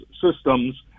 systems